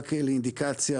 רק לאינדיקציה,